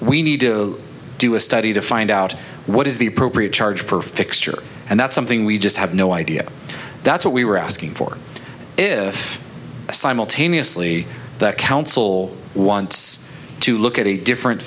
we need to do a study to find out what is the appropriate charge per fixture and that's something we just have no idea that's what we were asking for if simultaneously the council wants to look at a different